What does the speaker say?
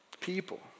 people